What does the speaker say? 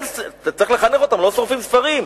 אתה צריך לחנך אותם: לא שורפים ספרים.